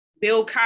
Bill